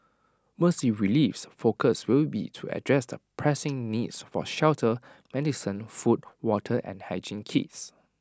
Mercy Relief's focus will be to address the pressing needs for shelter medicine food water and hygiene kits